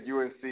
UNC